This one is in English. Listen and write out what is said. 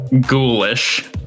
ghoulish